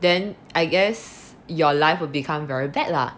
then I guess your life will become very bad lah